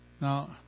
Now